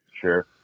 sure